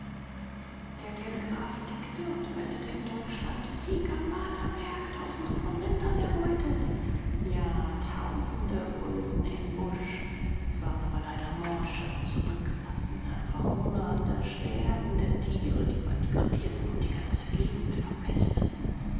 der telegraph tickte und meldete in deutschland sieg am waterberg tausende von rindern erbeutet ja tausende brüllten im busch es waren aber leider morsche zurückgelassene verhungernde sterbende tiere die bald krepierten und die ganze gegend verpesteten